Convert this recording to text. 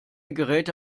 geräte